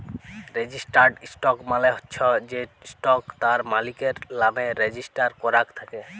registered stock মালে চ্ছ যে স্টক তার মালিকের লামে রেজিস্টার করাক থাক্যে